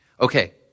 Okay